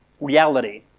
reality